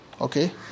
okay